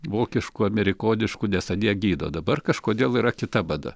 vokiškų amerikoniškų nes anie gydo dabar kažkodėl yra kita mada